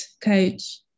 coach